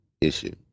issue